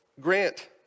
Grant